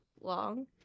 long